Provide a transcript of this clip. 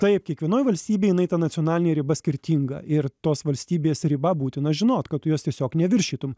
taip kiekvienoj valstybėj jinai ta nacionalinė riba skirtinga ir tos valstybės ribą būtina žinot kad tu juos tiesiog neviršytum